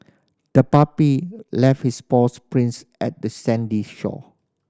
the puppy left its paws prints at the sandy shore